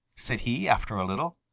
said he after a little.